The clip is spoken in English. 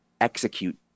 execute